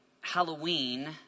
Halloween